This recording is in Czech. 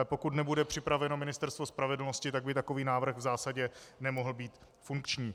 Pokud nebude připraveno Ministerstvo spravedlnosti, tak by takový návrh v zásadě nemohl být funkční.